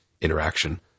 Interaction